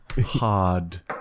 Hard